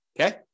okay